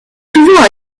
souvent